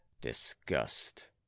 disgust